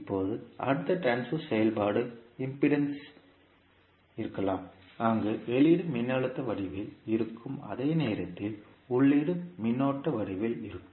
இப்போது அடுத்த ட்ரான்ஸ்பர் செயல்பாடு இம்பிடேன்ஸ் இருக்கலாம் அங்கு வெளியீடு மின்னழுத்த வடிவில் இருக்கும் அதே நேரத்தில் உள்ளீடு மின்னோட்ட வடிவில் இருக்கும்